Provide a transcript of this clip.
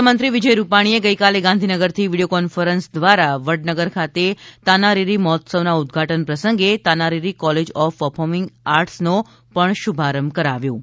મુખ્યમંત્રી વિજયભાઈ રૂપાણી એ ગઇકાલે ગાંધીનગરથી વીડિયો કોન્ફરન્સથી વડનગર ખાતે તાનારીરી મહોત્સવના ઉદઘાટન પ્રસંગે તાનારીરી કોલેજ ઓફ પરફોર્મીંગ આર્ટ્સનો પણ શુભારંભ કરાવ્યો હતો